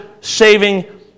saving